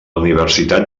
universitat